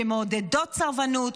שמעודדות סרבנות,